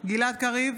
גלעד קריב,